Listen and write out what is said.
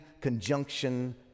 conjunction